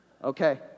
okay